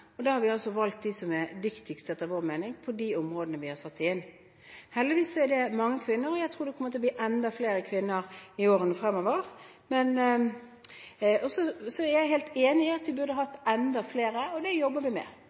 har vi valgt dem som etter vår mening er dyktigst på de områdene hvor vi har satt dem inn. Heldigvis er det mange kvinner, og jeg tror det kommer til å bli enda flere kvinner i årene fremover. Så er jeg helt enig i at vi burde hatt enda flere, og det jobber vi med.